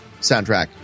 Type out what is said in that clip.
soundtrack